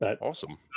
awesome